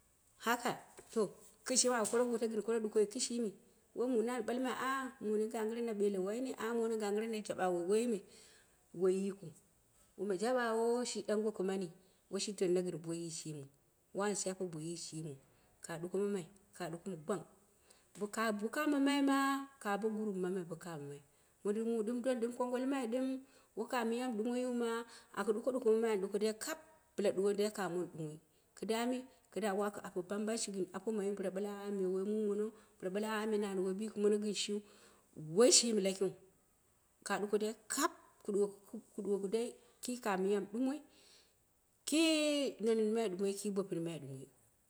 Haka, to kishimi aku kara duko to ɗukoi kishim, woi muni an balmai a ganggire na bee le waine, ganggire na jaɓe awo waine woi yik lu, woma jaɓe awo shi ɗang goko mani, woi tannu gɨn boiyi shimiu, wani s- shafe boiyi shimiu, ka duko mamai di gwang bo bokamomai ma to ka bo group mamai bo ka momai mondi ɗɨm ɗoni ɗɨu kongol ma ɗɨm wo ka bo kamomaiu, ma aku duko duko mamai kap mɨ dai kamoni ɗumoi kɨda mi? Kɨ da aka ape bambama gɨn apomaiu bɨla ɓale ah mui mu monou, ɓila ɓale a mono woi bikinnono gɨn shiiu. Woi shimi lakiu ka ɗuko dai kaap kaɗuwo kii ka miya mi ɗumoi ki nonɨng mai ɗumoi ki bopinmai ɗumoi.